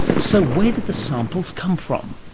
so where did the samples come from?